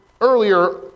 earlier